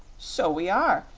so we are.